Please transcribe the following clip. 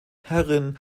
herrin